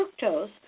fructose